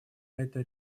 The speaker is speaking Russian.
это